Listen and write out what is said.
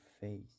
face